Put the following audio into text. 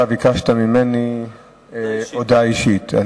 אתה ביקשת ממני הודעה אישית,